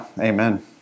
amen